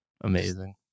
Amazing